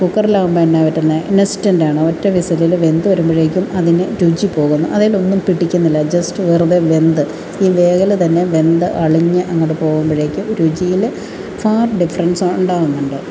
കുക്കറിലാവുമ്പം എന്താ പറ്റുന്നത് ഇൻസ്റ്റൻ്റാണ് ഒറ്റ വിസിലിന് വെന്ത് വരുമ്പോഴേക്കും അതിൻ്റെ രുചി പോകുന്നു അതിലൊന്നും പിടിക്കുന്നില്ല ജസ്റ്റ് വെറുതെ വെന്ത് ഈ വേകൽ തന്നെ വെന്ത് അളിഞ്ഞ് അങ്ങോട്ട് പോകുമ്പോഴേക്കും രുചിയിൽ ഫാർ ഡിഫറൻസ് ഉണ്ടാകുന്നുണ്ട്